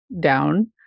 down